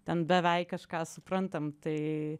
ten beveik kažką suprantam tai